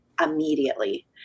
immediately